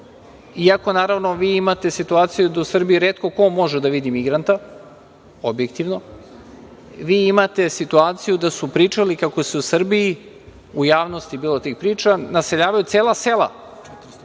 iako imate situaciju da u Srbiji retko ko može da vidi migranta, objektivno, imate situaciju da su pričali kako se u Srbiji, u javnosti je bilo tih priča, naseljavaju cela sela,